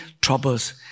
troubles